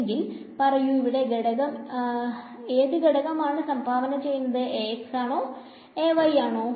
എങ്കിൽ പറയു ഇവിടെ ഏത് ഘടകം ആണ് സംഭാവന ചെയ്യുന്നത് ആണോ ആണോ